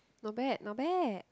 not bad not bad